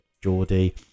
geordie